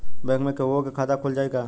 Bank में केहूओ के खाता खुल जाई का?